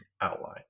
outline